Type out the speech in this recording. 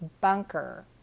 bunker